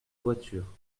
voiture